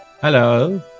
Hello